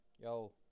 Yo